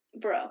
bro